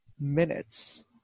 minutes